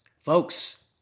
folks